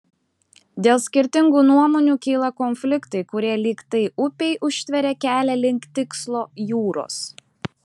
dėl skirtingų nuomonių kyla konfliktai kurie lyg tai upei užtveria kelią link tikslo jūros